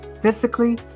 physically